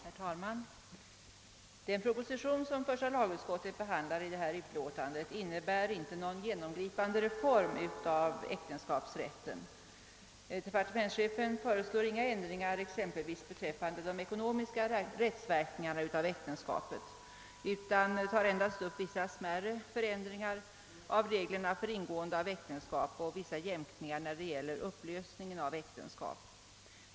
Herr talman! Den proposition som första lagutskottet behandlat i förevarande utlåtande innebär inte någon genomgripande reform av äktenskapsrätten. Departementschefen föreslår t.ex. ingen ändring beträffande de ekonomiska verkningarna av äktenskapet utan tar endast upp vissa smärre förändringar i reglerna för ingående av äktenskap och vissa jämkningar när det gäller upplösningen av äktenskap.